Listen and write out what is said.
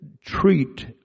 treat